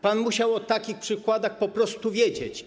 Pan musiał o takich przykładach po prostu wiedzieć.